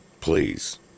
please